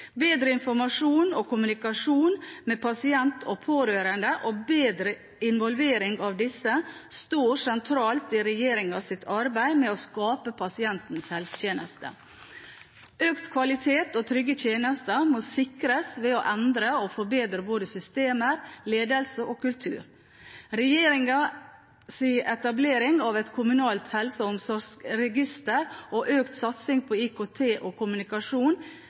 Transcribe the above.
Bedre informasjon og kommunikasjon med pasient og pårørende, og bedre involvering av disse, står sentralt i regjeringens arbeid med å skape pasientens helsetjeneste. Økt kvalitet og trygge tjenester må sikres ved å endre og forbedre både systemer, ledelse og kultur. Regjeringens etablering av et kommunalt helse- og omsorgsregister og økt satsing på IKT og kommunikasjon